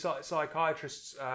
psychiatrists